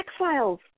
exiles